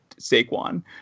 Saquon